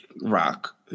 rock